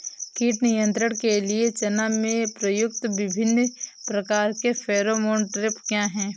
कीट नियंत्रण के लिए चना में प्रयुक्त विभिन्न प्रकार के फेरोमोन ट्रैप क्या है?